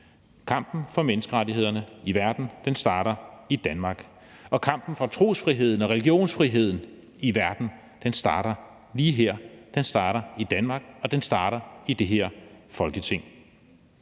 Kampen for menneskerettighederne i verden starter i Danmark, og kampen for trosfriheden og religionsfriheden i verden starter lige her; den starter i Danmark, og den starter i det her Folketing.